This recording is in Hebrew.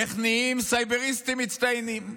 איך נהיים סייבריסטים מצטיינים,